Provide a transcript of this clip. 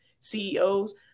ceos